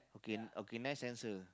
okay okay next answer